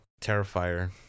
Terrifier